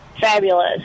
Fabulous